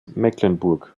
mecklenburg